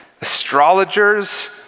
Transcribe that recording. astrologers